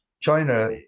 China